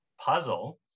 puzzle